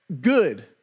good